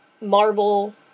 Marvel